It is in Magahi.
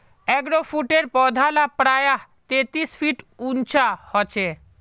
एगफ्रूटेर पौधा ला प्रायः तेतीस फीट उंचा होचे